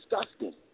disgusting